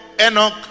Enoch